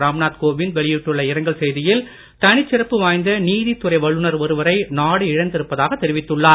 ராம்நாத் கோவிந்த் வெளியிட்டுள்ள இரங்கல் செய்தியில் தனிச்சிறப்பு வாய்ந்த நீதித்துறை வல்லுனர் ஒருவரை நாடு இழந்திருப்பதாகத் தெரிவித்துள்ளார்